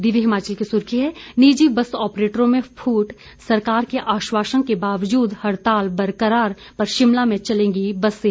दिव्य हिमाचल की सुर्खी है निजी बस आप्रेटरों में फूट सरकार के आश्वासन के बावजूद हड़ताल बरकरार पर शिमला में चलेंगी बसें